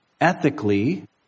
ethically